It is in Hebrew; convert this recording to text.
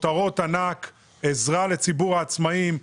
כותרות ענק: "עזרה לציבור העצמאים",